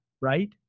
right